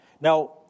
Now